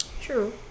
True